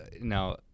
now